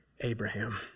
Abraham